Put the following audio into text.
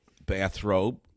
bathrobe